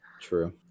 True